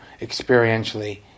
experientially